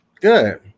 good